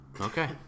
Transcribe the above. Okay